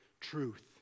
truth